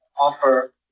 offer